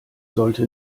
sollte